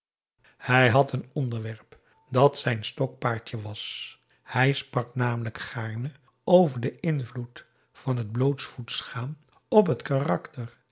hij had een onderwerp dat zijn stokpaardje was hij sprak n l gaarne over den invloed van het blootsvoets gaan op het karakter